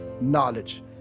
knowledge